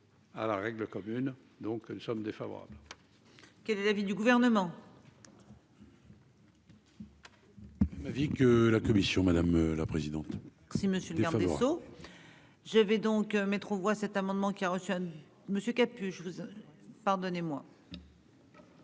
À la règle commune. Donc nous sommes défavorables. Que des avis du gouvernement. Vie que la commission, madame la présidente. Si monsieur le garde des Sceaux. Je vais donc mettre aux voix cet amendement qui a reçu Monsieur capuche. Pardonnez-moi.